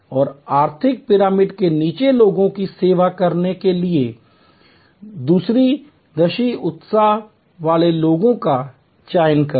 और आर्थिक पिरामिड के नीचे लोगों की सेवा करने के लिए दूरदर्शी उत्साह वाले लोगों का चयन करें